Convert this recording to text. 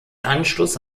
anschluss